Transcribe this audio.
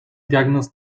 diagnoz